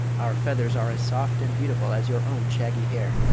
our feathers are as soft and beautiful as your own shaggy hair.